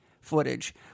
footage